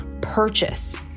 purchase